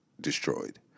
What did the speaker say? destroyed